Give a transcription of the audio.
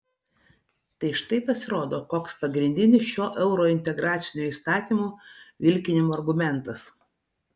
tai štai pasirodo koks pagrindinis šio eurointegracinio įstatymo vilkinimo argumentas